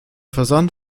versand